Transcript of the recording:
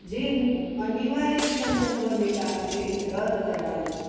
જે હું અનિવાર્ય સંજોગોને કારણે રદ કરાવું છું